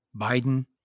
Biden